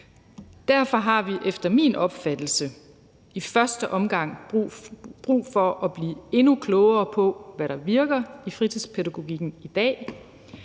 derfor har vi efter min opfattelse i første omgang brug for at blive endnu klogere på, hvad der virker i fritidspædagogikken i dag.